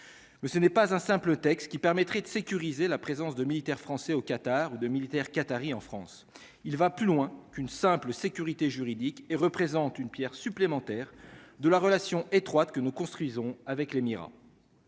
mais ce n'est pas un simple texte qui permettrait de sécuriser la présence de militaires français au Qatar ou de militaires qataris en France, il va plus loin qu'une simple sécurité juridique et représente une Pierre supplémentaire de la relation étroite que nous construisons avec l'émirat.